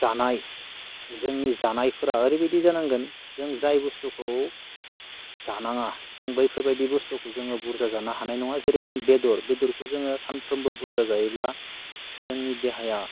जानाय जोंनि जानायफोरा ओरैबायदि जानांगोन जों जाय बु्स्तुखौ जानाङा जों बैफोरबायदि बुस्थुखौ जोङो बुरजा जानो हानाय नङा जेरै जोङो बेदर बेदरखौ जोङो सानफ्रोमबो बुरजा जायोब्ला जोंनि देहाया